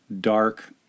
dark